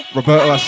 Roberto